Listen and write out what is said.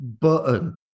button